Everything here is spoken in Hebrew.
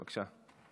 בבקשה,